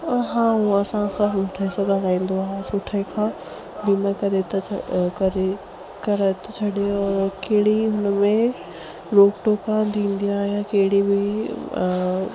हा हू असांखां ख़ूब पैसो लॻाईंदो आहे सुठे खां वीमा करे त छ करे कराए थो छॾे और कहिड़ी हुन में रोक टोका थींदी आहे या कहिड़ी बि